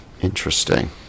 Interesting